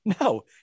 No